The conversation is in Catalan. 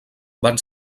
van